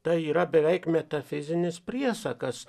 tai yra beveik metafizinis priesakas